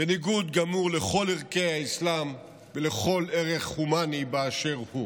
בניגוד גמור לכל ערכי האסלאם ולכל ערך הומני באשר הוא.